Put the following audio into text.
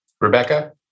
Rebecca